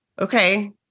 Okay